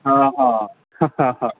हँ हँ